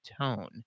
tone